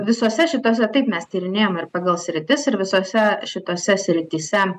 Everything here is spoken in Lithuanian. visose šitose taip mes tyrinėjom ir pagal sritis ir visose šitose srityse